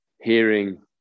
hearing